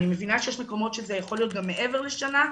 אני מבינה שיש מקומות שזה יכול להיות גם מעבר לשנה,